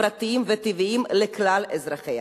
החברתיים והטבעיים לכלל אזרחיה.